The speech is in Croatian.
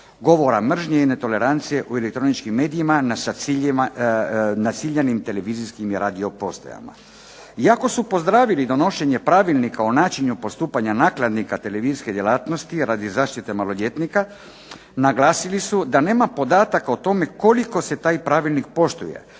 govora mržnje i netolerancije u elektroničkim medijima na ciljanim televizijskim i radijskim postajama. Iako su pozdravili donošenja Pravilnika o načinu postupanja nakladnika televizijske djelatnosti radi zaštite maloljetnika, naglasili su da nema podataka o tome koliko se taj pravilnik poštuje,